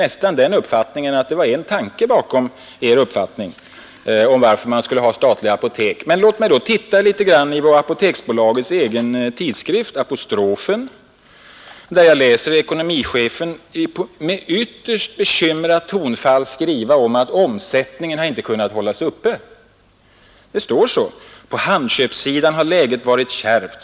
Men låt oss då titta litet i Apoteksbolagets egen tidskrift Apostrofen. Jag läser där att ekonomichefen med ytterst bekymrat tonfall talar om att omsättningen inte kunnat hållas uppe — det står så. På handköpssidan har läget varit kärvt.